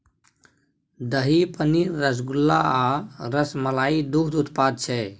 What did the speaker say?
दही, पनीर, रसगुल्ला आ रसमलाई दुग्ध उत्पाद छै